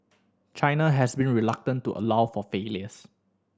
China has been reluctant to allow for failures